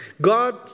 God